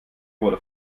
wurde